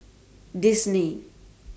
Disney